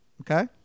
Okay